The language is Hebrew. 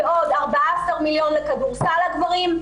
ועוד 14 מיליון לכדורסל לגברים,